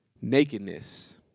nakedness